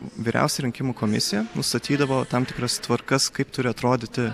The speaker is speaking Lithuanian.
vyriausia rinkimų komisija nustatydavo tam tikras tvarkas kaip turi atrodyti